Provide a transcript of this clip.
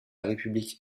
république